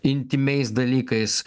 intymiais dalykais